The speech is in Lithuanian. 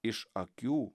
iš akių